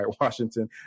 Washington